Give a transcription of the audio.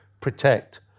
protect